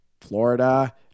Florida